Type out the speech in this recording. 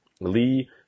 Lee